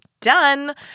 Done